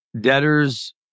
debtors